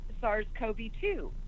SARS-CoV-2